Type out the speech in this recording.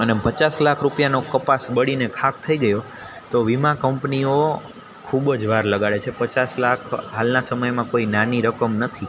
અને પચાસ લાખ રૂપિયાનો કપાસ બળીને ખાખ થઈ ગયો તો વીમા કંપનીઓ ખૂબ જ વાર લગાળે છે પચાસ લાખ હાલના સમયમાં કોઈ નાની રકમ નથી